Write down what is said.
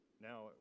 now